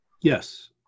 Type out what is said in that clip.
Yes